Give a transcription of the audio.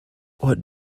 what